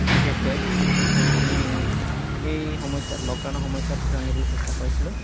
বিশেষকৈ আমি এই সময়ছোৱাত লকডাউনৰ সময়ছোৱাত ৰান্ধিবলৈ চেষ্টা কৰিছিলোঁ